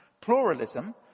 Pluralism